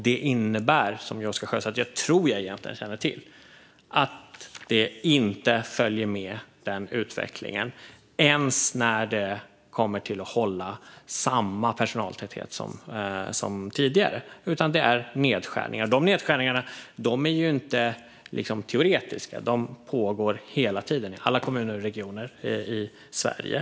Det innebär, som jag tror att Oscar Sjöstedt egentligen känner till, att det inte följer med utvecklingen, inte ens när det kommer till att hålla samma personaltäthet som tidigare, utan det är nedskärningar. Dessa nedskärningar är inte teoretiska, utan de pågår hela tiden i alla kommuner och regioner i Sverige.